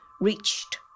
reached